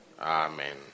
Amen